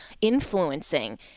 influencing